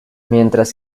mientras